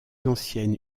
ancienne